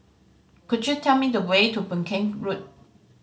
could you tell me the way to Boon Keng Road